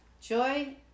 Joy